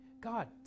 God